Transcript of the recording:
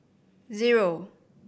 zero